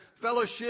fellowship